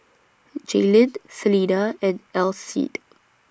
Jaelynn Selina and Alcide